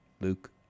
Luke